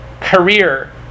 career